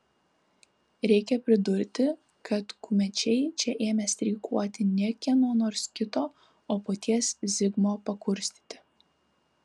reikia pridurti kad kumečiai čia ėmė streikuoti ne kieno nors kito o paties zigmo pakurstyti